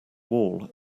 wall